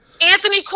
Anthony